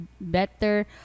better